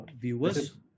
viewers